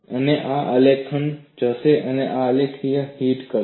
અને આ આલેખ જશે અને આ આલેખને હિટ કરશે